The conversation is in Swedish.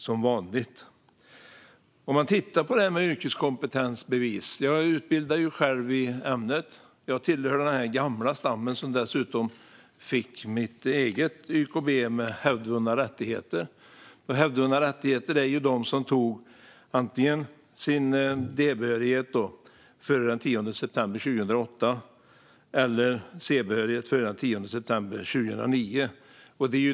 Jag utbildar själv för yrkeskompetensbevis och tillhör dessutom den gamla stammen som fick YKB med hävdvunna rättigheter. Det gäller dem som tog D-behörighet före den 10 september 2008 eller C-behörighet före den 10 september 2009.